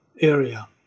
area